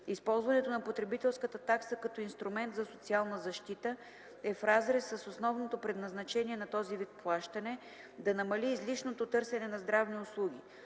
използването на потребителската такса като инструмент за социална защита, е в разрез с основното предназначение на този вид плащане – да намали излишното търсене на здравни услуги.